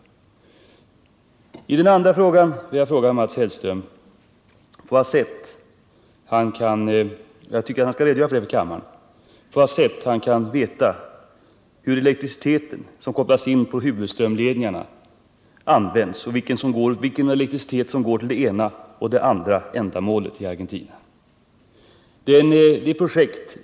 När det gäller det andra spörsmålet vill jag fråga Mats Hellström på vad sätt han kan veta hur elektriciteten som kopplas in på huvudströmledningarna används — vilken elektricitet som går till det ena eller andra ändamålet i Argentina. Jag tycker att han skall redogöra för det inför kammaren.